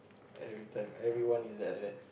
every time everyone is like that